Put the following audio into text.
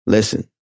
Listen